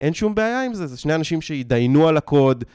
אין שום בעיה עם זה, זה שני אנשים שהתדיינו על הקוד.